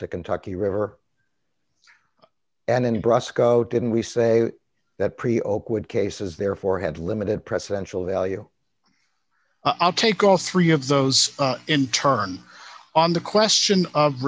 to kentucky river and in brosco didn't we say that pre ope would cases therefore had limited presidential value i'll take all three of those in turn on the question of